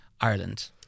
Ireland